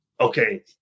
Okay